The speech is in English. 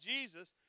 Jesus